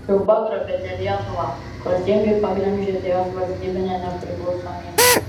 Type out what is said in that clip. jau pagrobėte lietuvą klastingai paglemžėte jos valstybinę nepriklausomybę